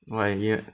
no idea